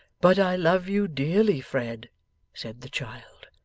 but i love you dearly, fred said the child.